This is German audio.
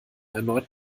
erneut